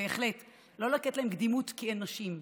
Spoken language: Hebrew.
בהחלט לא לתת להן קדימות כי הן נשים,